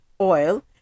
oil